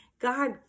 God